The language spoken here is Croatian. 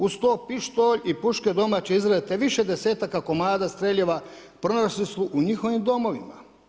Uz to pištolj i puške domaće izrade, te više desetaka komada streljiva pronašli su u njihovim domovima.